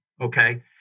Okay